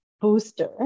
booster